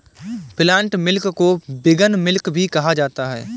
plant milk को vegan milk भी कहा जाता है